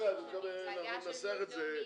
צריך לנסח את זה,